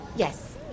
Yes